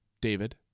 David